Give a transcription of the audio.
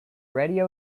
radio